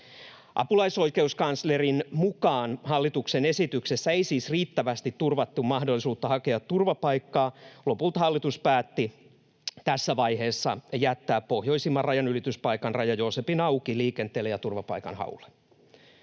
Apulaisoikeuskanslerin mukaan hallituksen esityksessä ei siis riittävästi turvattu mahdollisuutta hakea turvapaikkaa. Lopulta hallitus päätti tässä vaiheessa jättää pohjoisimman rajanylityspaikan, Raja-Joosepin, auki liikenteelle ja turvapaikanhaulle.